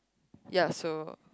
ya so